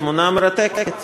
תמונה מרתקת.